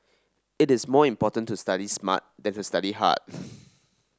it is more important to study smart than to study hard